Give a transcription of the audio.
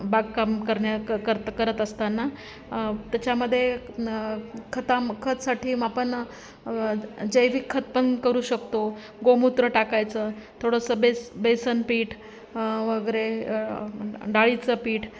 बागकाम करण्या क करत करत असताना त्याच्यामध्ये न खतामध्ये खतसाठी आपण जैविक खत पण करू शकतो गोमूत्र टाकायचं थोडंसं बेस बेसन पीठ वगैरे डाळीचं पीठ